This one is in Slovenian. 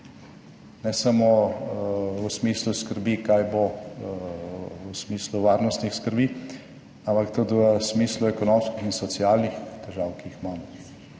v smislu skrbi, kaj bo, v smislu varnostnih skrbi, ampak tudi v smislu ekonomskih in socialnih težav, ki jih imamo.